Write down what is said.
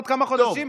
עוד כמה חודשים,